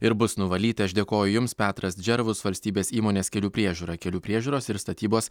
ir bus nuvalyti aš dėkoju jums petras džervus valstybės įmonės kelių priežiūra kelių priežiūros ir statybos